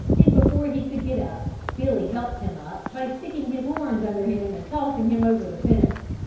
and before he could get up billy helped him up by sticking his horns under him and tossing him over the fence.